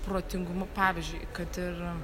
protingumu pavyzdžiui kad ir